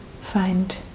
find